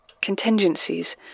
contingencies